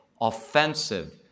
offensive